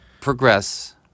progress